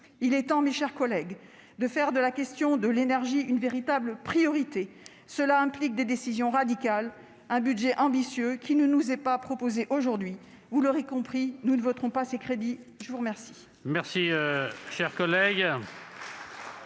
Il est temps, mes chers collègues, de faire de la question de l'énergie une véritable priorité. Ce changement implique des décisions radicales et un budget ambitieux qui ne nous est pas proposé aujourd'hui. Vous l'aurez compris : nous ne voterons pas ces crédits. La parole